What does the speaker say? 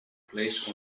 place